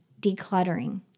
Decluttering